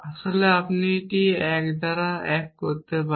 আসলে আপনি এটি 1 দ্বারা 1 করতে পারেন